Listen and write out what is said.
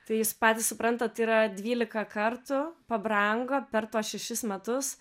tai jūs patys suprantat tai yra dvylika kartų pabrango per tuos šešis metus